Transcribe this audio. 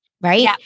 Right